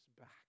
back